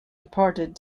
departed